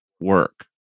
work